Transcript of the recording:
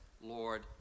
Lord